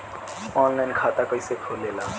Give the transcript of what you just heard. Online खाता कइसे खुलेला?